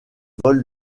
vole